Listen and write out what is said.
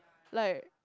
like